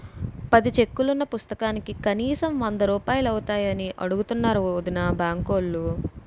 పది చెక్కులున్న పుస్తకానికి కనీసం వందరూపాయలు అవుతాయని అడుగుతున్నారు వొదినా బాంకులో